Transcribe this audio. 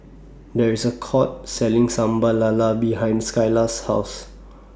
There IS A Court Selling Sambal Lala behind Skyla's House